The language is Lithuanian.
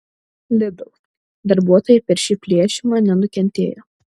lidl darbuotojai per šį plėšimą nenukentėjo